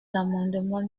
l’amendement